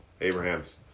Abrahams